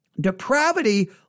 Depravity